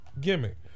gimmick